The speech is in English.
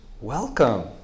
Welcome